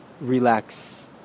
relax